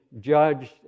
judged